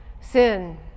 sin